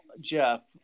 jeff